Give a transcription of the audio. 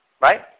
Right